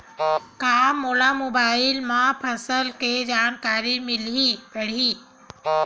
का मोला मोबाइल म फसल के जानकारी मिल पढ़ही?